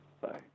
Bye